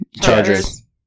Chargers